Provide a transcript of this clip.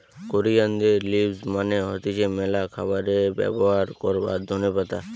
কোরিয়ানদের লিভস মানে হতিছে ম্যালা খাবারে ব্যবহার করবার ধোনে পাতা